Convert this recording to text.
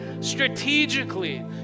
strategically